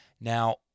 Now